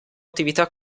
attività